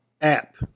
app